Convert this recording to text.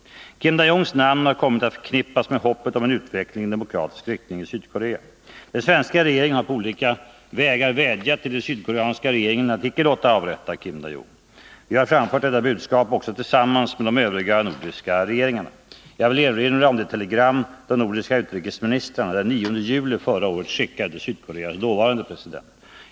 Kim Dae-Jungs namn har kommit att förknippas med hoppet om en utveckling i demokratisk riktning i Sydkorea. Den svenska regeringen har på olika vägar vädjat till den sydkoreanska regeringen att icke låta avrätta Kim Dae-Jung. Vi har framfört detta budskap också tillsammans med de övriga nordiska regeringarna. Jag vill erinra om det telegram de nordiska utrikesministrarna den 9 juli förra året skickade till Sydkoreas dåvarande president Choi.